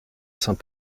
saint